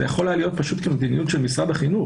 זו הייתה יכולה להיות מדיניות של משרד החינוך,